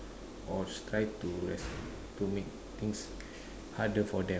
or try to like to make things harder for them